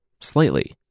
slightly